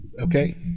okay